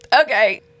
okay